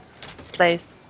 place